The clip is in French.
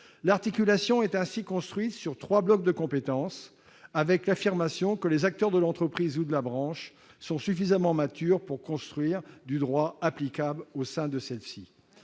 L'articulation est ainsi construite sur trois blocs de compétences, avec l'affirmation que les acteurs de l'entreprise ou de la branche sont suffisamment matures pour construire du droit applicable au sein de celle-ci.